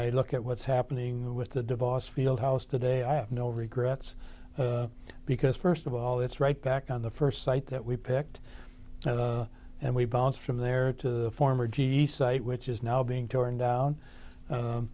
i look at what's happening with the divorce fieldhouse today i have no regrets because first of all that's right back on the first site that we picked and we bounced from there to former g e site which is now being torn down